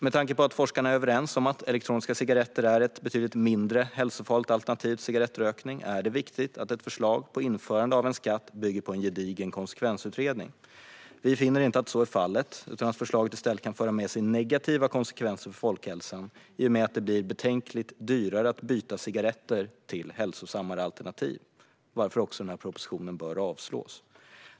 Med tanke på att forskarna är överens om att elektroniska cigaretter är ett betydligt mindre hälsofarligt alternativ till cigarettrökning är det viktigt att ett förslag på införande av en skatt bygger på en gedigen konsekvensutredning. Vi finner inte att så är fallet utan att förslaget i stället kan föra med sig negativa konsekvenser för folkhälsan i och med att det blir betänkligt dyrare att byta cigaretter mot hälsosammare alternativ, varför propositionen bör avslås.